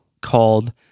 called